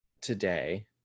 today